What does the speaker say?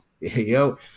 Yo